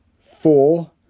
Four